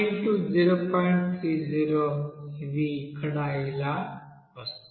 30 ఇది ఇక్కడ ఇలా వస్తుంది